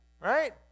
Right